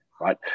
right